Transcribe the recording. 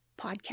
podcast